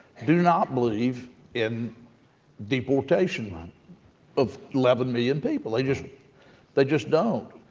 do not believe in deportation like of eleven million people. they just they just don't.